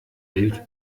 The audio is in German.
wild